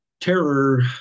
terror